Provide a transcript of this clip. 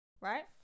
right